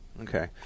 Okay